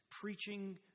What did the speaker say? preaching